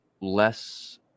less